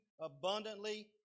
abundantly